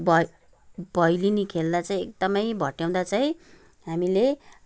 भै भैलेनी खेल्दा चाहिँ एकदमै भट्याउँदा चाहिँ हामीले